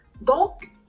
Donc